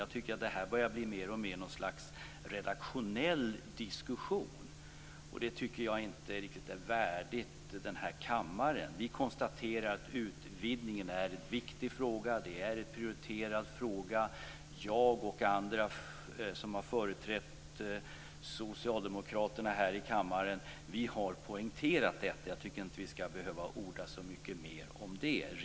Jag tycker att det här mer och mer börjar bli ett slags redaktionell diskussion, och jag tycker inte att det riktigt är värdigt den här kammaren. Vi konstaterar att utvidgningen är en viktig och prioriterad fråga. Jag och andra som har företrätt socialdemokraterna här i kammaren har poängterat detta, och jag tycker inte att vi skall behöva orda så mycket mer om det.